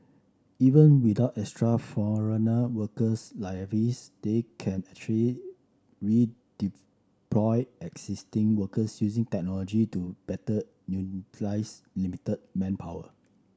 even without extra foreigner worker levies they can actually redeploy existing workers using technology to better utilize limited manpower